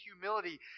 humility